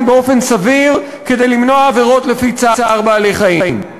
באופן סביר כדי למנוע עבירות לפי חוק צער בעלי-חיים.